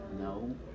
No